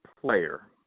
player